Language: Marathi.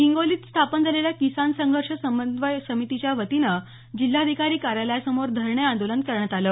हिंगोलीत स्थापन झालेल्या किसान संघर्ष समन्वय समितीच्या वतीनं जिल्हाधिकारी कार्यालयासमोर धरणे आंदोलन करण्यात आलं